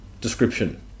description